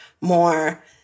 more